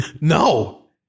No